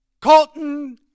Colton